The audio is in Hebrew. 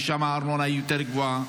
כי שם הארנונה היא יותר גבוהה.